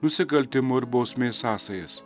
nusikaltimo ir bausmės sąsajas